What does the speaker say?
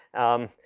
um,